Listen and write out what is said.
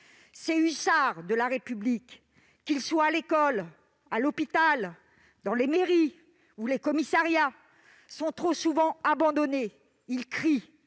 Ces hussards de la République, qu'ils soient à l'école, à l'hôpital, dans les mairies ou les commissariats, sont trop souvent abandonnés. Ils crient